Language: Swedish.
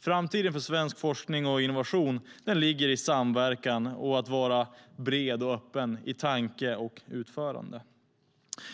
Framtiden för svensk forskning och innovation ligger i att samverka och att vara bred och öppen i tanke och utförande.